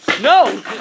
No